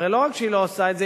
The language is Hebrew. הרי לא רק שהיא לא עושה את זה,